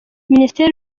ministre